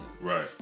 Right